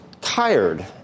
tired